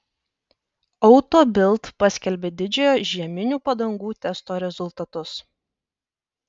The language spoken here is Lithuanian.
auto bild paskelbė didžiojo žieminių padangų testo rezultatus